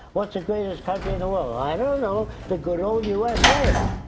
what's the greatest country in the world? i don't know. the good old usa.